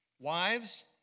Wives